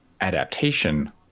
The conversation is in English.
adaptation